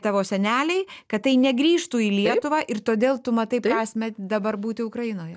tavo seneliai kad tai negrįžtų į lietuvą ir todėl tu matai prasmę dabar būti ukrainoje